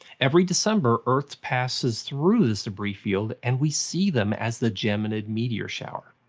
every december, earth passes through this debris field, and we see them as the geminid meteor shower.